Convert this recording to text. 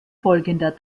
folgender